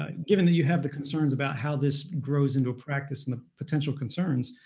ah given that you have the concerns about how this grows into a practice, and the potential concerns.